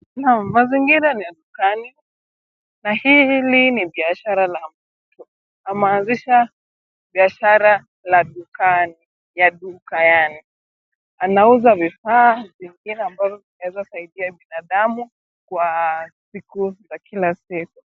Naam, mazingira ni ya dukani. Na hili ni biashara la mtu ameanzisha biashara la dukani ya duka yaani. Anauza vifaa vya vitu ambazo zinaweza saidia binadamu kwa siku za kila siku.